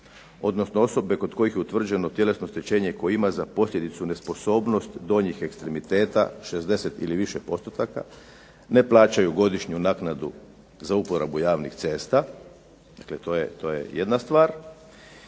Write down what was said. odnosno osobe kod kojih je utvrđeno tjelesno oštećenje koje ima za posljedicu nesposobnost donjih ekstremiteta 60 ili više postotaka, ne plaćaju godišnju naknadu za uporabu javnih cesta, to je jedna stvar,